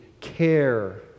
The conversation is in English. care